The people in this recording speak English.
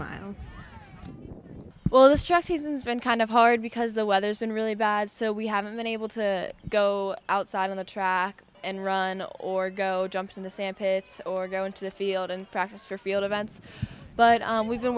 mile well this track season's been kind of hard because the weather's been really bad so we haven't been able to go outside on the track and run or go jump in the sand pits or go into the field and practice for field events but we've been